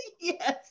Yes